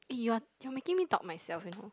eh you are you are making me doubt myself you know